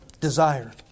Desire